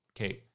Okay